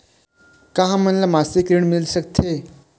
का हमन ला मासिक ऋण मिल सकथे?